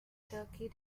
turkey